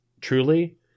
truly